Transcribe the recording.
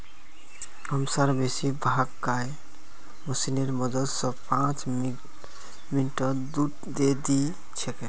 हमसार बेसी भाग गाय मशीनेर मदद स पांच मिनटत दूध दे दी छेक